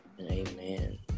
Amen